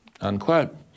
Unquote